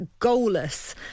goalless